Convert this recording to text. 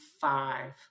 five